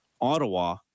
Ottawa